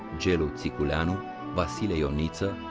gelu ticuleanu, vasile ionita,